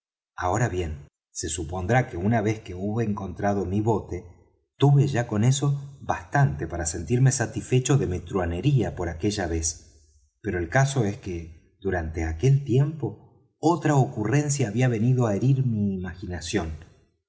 ahora bien se supondrá que una vez que hube encontrado mi bote tuve ya con eso bastante para sentirme satisfecho de mi truhanería por aquella vez pero el caso es que durante aquel tiempo otra ocurrencia había venido á herir mi imaginación